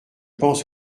pense